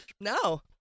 No